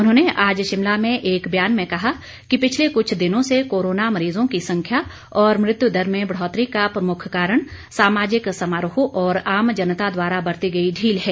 उन्होंने आज शिमला में एक बयान में कहा कि पिछले कुछ दिनों से कोरोना मरीजों की संख्या और मृत्युदर में बढ़ौतरी का प्रमुख कारण सामाजिक समारोह और आम जनता द्वारा बरती गई ढील है